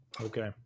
Okay